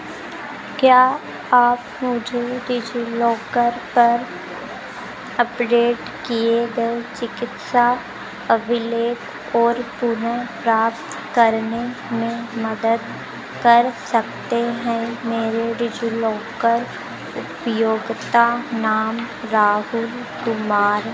क्या आप मुझे डिजिलॉकर पर अपडेट किए गए चिकित्सा अभिलेख को पुनः प्राप्त करने में मदद कर सकते हैं मेरे डिजिलॉकर उपयोगिता नाम राहुल कुमार